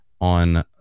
on